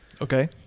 Okay